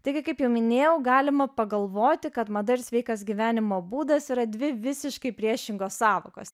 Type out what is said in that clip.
taigi kaip jau minėjau galima pagalvoti kad mada ir sveikas gyvenimo būdas yra dvi visiškai priešingos sąvokos